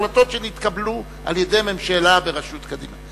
החלטות שנתקבלו על-ידי ממשלה בראשות קדימה.